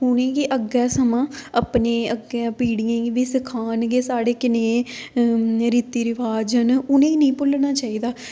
उ'नें गी अग्गैं सग्गों अपनीं अग्गें पीढ़ियें गी बी सखान के साढ़े कनेह् रीति रिवाज़ न उ'नेंगी निं भुल्लना चाहिदा हा